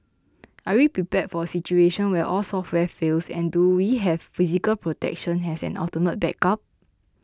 are we prepared for a situation where all software fails and do we have physical protection as an ultimate backup